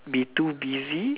be too busy